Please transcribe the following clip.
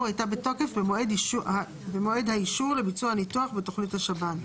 הייתה בתוקף במועד האישור לביצוע הניתוח בתוכנית השב"ן.